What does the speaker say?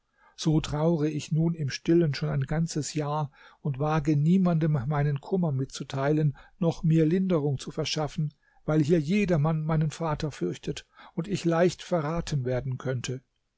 so traure ich nun im stillen schon ein ganzes jahr und wage niemandem meinen kummer mitzuteilen noch mir linderung zu verschaffen weil hier jedermann meinen vater fürchtet und ich leicht verraten werden könnte